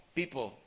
people